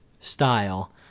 style